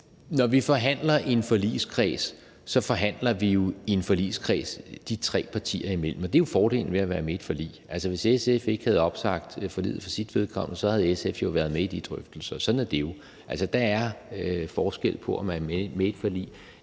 Når vi forhandler i en forligskreds, forhandler vi jo i en forligskreds de tre partier imellem, og det er jo fordelen ved at være med i et forlig. Altså, hvis SF ikke havde opsagt forliget for sit vedkommende, havde SF jo været med i de drøftelser. Sådan er det jo. Der er forskel på, om man er med i et forlig